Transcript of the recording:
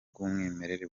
bw’umwimerere